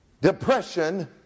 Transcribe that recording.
depression